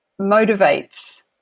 motivates